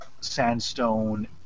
sandstone